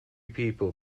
people